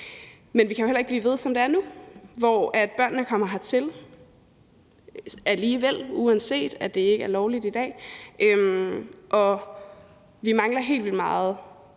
Men vi kan jo heller ikke blive ved, som det er nu, hvor børnene kommer hertil alligevel, uanset at det ikke er lovligt i dag. Og vi mangler helt vildt meget